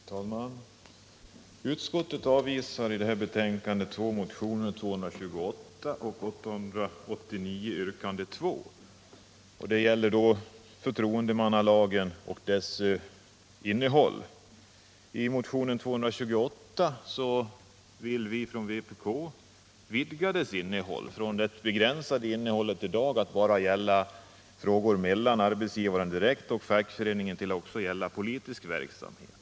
Herr talman! Utskottet avvisar i detta betänkande motionen 228 och motionen 889, yrkande 2, som gäller förtroendemannalagen och dess innehåll. I motionen 228 vill vi från vpk vidga lagens innehåll från det begränsade innehållet i dag att bara gälla frågor mellan arbetsgivaren direkt och fackföreningen till att också gälla politisk verksamhet.